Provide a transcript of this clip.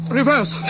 reverse